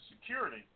Security